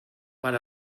per